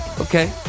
okay